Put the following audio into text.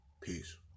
Peace